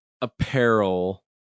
apparel